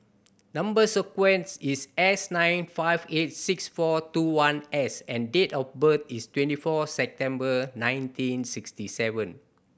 number sequence is S nine five eight six four two one S and date of birth is twenty four September nineteen sixty seven